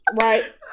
right